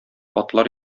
атлар